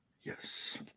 Yes